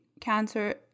cancer